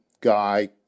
guy